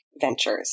Ventures